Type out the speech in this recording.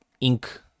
ink